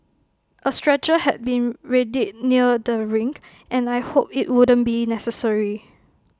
A stretcher had been readied near the ring and I hoped IT wouldn't be necessary